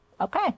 okay